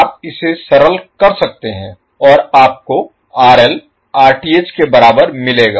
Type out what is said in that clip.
आप इसे सरल कर सकते हैं और आपको RL Rth के बराबर मिलेगा